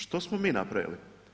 Što smo mi napravili?